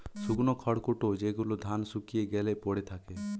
শুকনো খড়কুটো যেগুলো ধান শুকিয়ে গ্যালে পড়ে থাকে